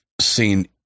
seen